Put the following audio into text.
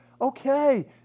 okay